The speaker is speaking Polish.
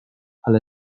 ale